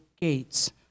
gates